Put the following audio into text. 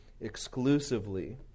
exclusively